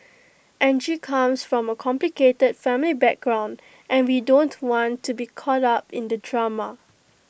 Angie comes from A complicated family background and we don't want to be caught up in the drama